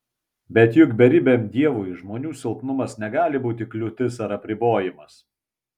bet juk beribiam dievui žmonių silpnumas negali būti kliūtis ar apribojimas